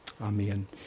Amen